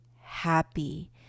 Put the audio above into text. happy